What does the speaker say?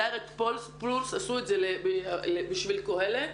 דיירקט פולס פלוס, עשו את זה בשביל קהלת.